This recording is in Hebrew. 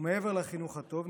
ומעבר לחינוך הטוב,